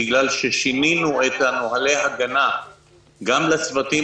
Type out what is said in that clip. בגלל ששינינו את נהלי ההגנה גם לצוותים